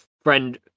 friend